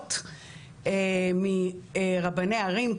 סמכויות מרבני ערים,